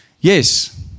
Yes